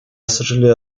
сожалею